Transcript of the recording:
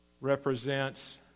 represents